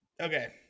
Okay